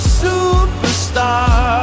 superstar